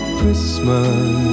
Christmas